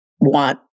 want